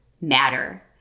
matter